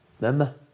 Remember